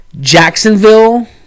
Jacksonville